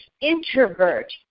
introvert